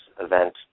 event